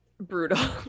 brutal